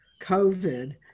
COVID